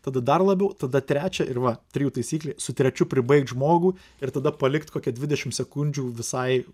tada dar labiau tada trečią ir va trijų taisyklė su trečiu pribaigt žmogų ir tada palikt kokią dvidešimt sekundžių visai